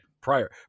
Prior